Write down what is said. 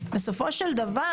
בסופו של דבר